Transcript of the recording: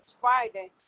Friday